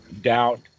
doubt